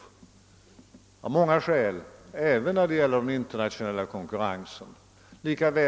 Det finns många skäl härför — även de internationella konkurrenssynpunkterna.